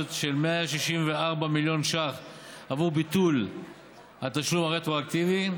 של 164 מיליון ש"ח עבור ביטול התשלום הרטרואקטיבי.